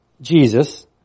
Jesus